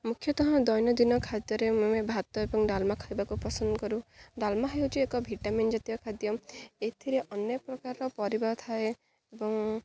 ମୁଖ୍ୟତଃ ଦୈନନ୍ଦିନ ଖାଦ୍ୟରେ ମୁଁ ଏ ଭାତ ଏବଂ ଡାଲମା ଖାଇବାକୁ ପସନ୍ଦ କରୁ ଡାଲମା ହେଉଛି ଏକ ଭିଟାମିିନ ଜାତୀୟ ଖାଦ୍ୟ ଏଥିରେ ଅନେକ ପ୍ରକାରର ପରିବା ଥାଏ ଏବଂ